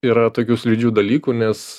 yra tokių slidžių dalykų nes